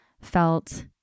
felt